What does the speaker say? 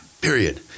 Period